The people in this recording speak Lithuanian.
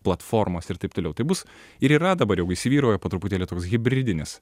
platformos ir taip toliau tai bus ir yra dabar jau įsivyrauja po truputėlį toks hibridinis